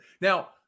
Now